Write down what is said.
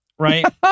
right